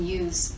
use